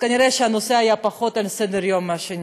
כנראה הנושא היה פחות על סדר-היום, מה שנקרא.